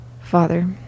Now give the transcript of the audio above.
Father